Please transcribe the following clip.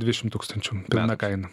dvidešim tūkstančių pilna kaina